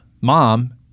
Mom